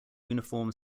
uniform